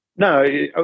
No